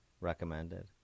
recommended